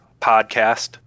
podcast